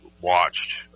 watched